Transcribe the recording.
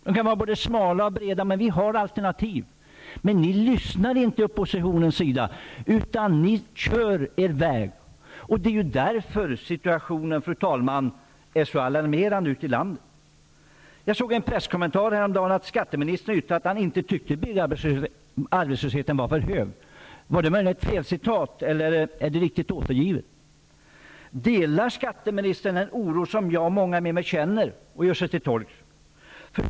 De kan vara både smala och breda, men vi har alternativ. Men ni lyssnar inte på förslag från oppositionens sida, utan ni kör er väg! Det är därför situationen ute i landet är så alarmerande, fru talman. Jag såg i en presskommentar häromdagen att skatteministern uttalat att han inte tyckte att arbetslösheten var för hög. Var det möjligen ett felaktigt citat, eller är det riktigt återgivet? Delar skatteministern den oro som jag och många med mig känner och gör oss till tolk för?